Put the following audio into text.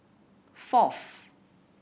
fourth